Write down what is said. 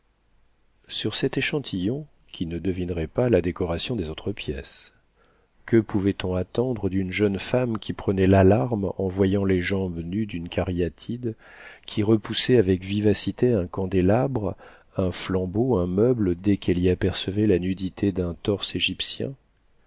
sur cet échantillon qui ne devinerait pas la décoration des autres pièces que pouvait-on attendre d'une jeune femme qui prenait l'alarme en voyant les jambes nues d'une cariatide qui repoussait avec vivacité un candélabre un flambeau un meuble dès qu'elle y apercevait la nudité d'un torse